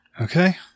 Okay